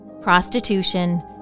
prostitution